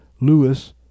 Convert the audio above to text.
Lewis